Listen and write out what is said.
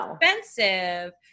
expensive